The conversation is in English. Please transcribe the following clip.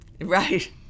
Right